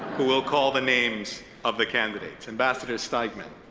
who will call the names of the candidates. ambassador steigman.